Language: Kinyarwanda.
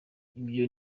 ibyo